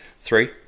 three